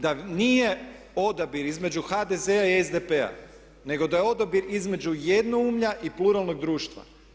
Da nije odabir između HDZ-a i SDP-a nego da je odabir između jednoumlja i pluralnog društva.